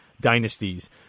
dynasties